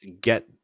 get